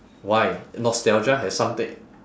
why nostalgia has something